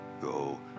go